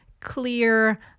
clear